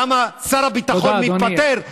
למה שר הביטחון מתפטר,